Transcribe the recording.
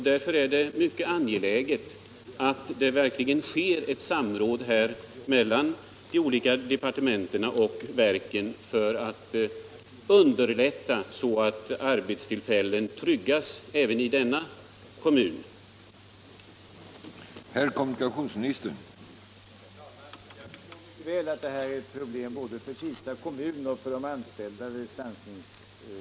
Därför är det mycket angeläget att det verkligen kommer till stånd ett samråd mellan de olika departementen och verken för att underlätta att arbetstillfällen tryggas även i denna kommun.